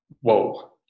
whoa